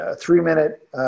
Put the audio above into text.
three-minute